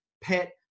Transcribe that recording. pet